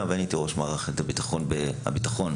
והייתי ראש מערכת הביטחון בעירייה.